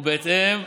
ובהתאם,